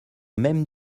même